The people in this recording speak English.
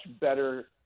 better